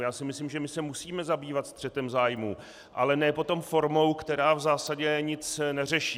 Já si myslím, že my se musíme zabývat střetem zájmů, ale ne potom formou, která v zásadě nic neřeší.